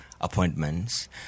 appointments